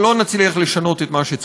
אבל לא נצליח לשנות את מה שצריך.